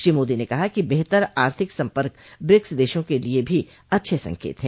श्री मोदी ने कहा कि बेहतर आर्थिक सम्पर्क ब्रिक्स देशों के लिए भी अच्छे संकेत हैं